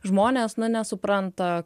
žmonės na nesupranta